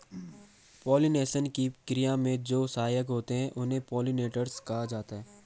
pollination की क्रिया में जो सहायक होते हैं उन्हें पोलिनेटर्स कहा जाता है